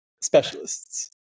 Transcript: specialists